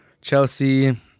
Chelsea